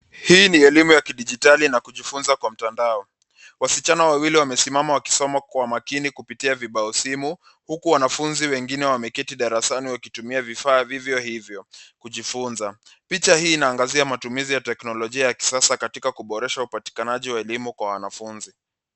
Hii ni elimu ya kidijitali na kujifunza kupitia mtandao. Wasichana wawili wamesimama wakitumia simu kwa makini, huku wanafunzi wengine wakiketi darasani wakitumia vifaa vya kielektroniki kujifunza. Picha hii inaonyesha matumizi ya teknolojia ya kisasa katika kuboresha upatikanaji wa elimu kwa wanafunzi.